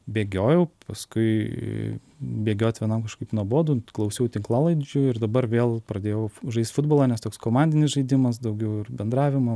bėgiojau paskui bėgioti vienam kažkaip nuobodu klausiau tinklalaidžių ir dabar vėl pradėjau žaist futbolą nes toks komandinis žaidimas daugiau ir bendravimo